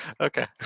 Okay